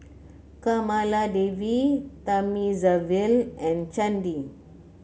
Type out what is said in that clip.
Kamaladevi Thamizhavel and Chandi